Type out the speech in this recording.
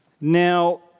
Now